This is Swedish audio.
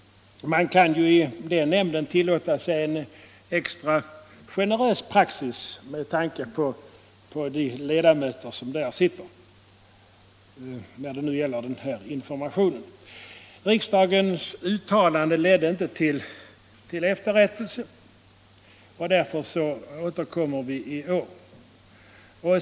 Med tanke på de ledamöter som sitter i nämnden kan man där tillåta sig en extra generös praxis när det gäller denna information. Riksdagens uttalande ledde inte till efterrättelse, och därför har vi nu tagit upp frågan igen.